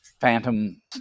phantom